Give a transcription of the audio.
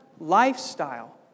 lifestyle